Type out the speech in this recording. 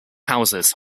houses